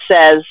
says